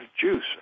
juice